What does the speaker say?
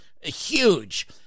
huge